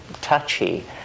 touchy